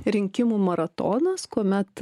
rinkimų maratonas kuomet